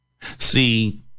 See